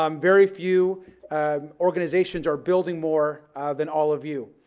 um very few organizations are building more than all of you,